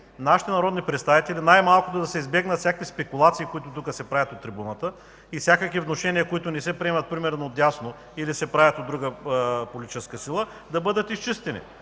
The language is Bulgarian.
нашите народни представители, най-малкото за да се избегнат всякакви спекулации, които се правят от трибуната, и всякакви внушения, които не се приемат примерно отдясно или се правят от друга политическа сила, да бъдат изчистени.